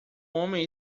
homem